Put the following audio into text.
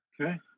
okay